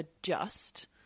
adjust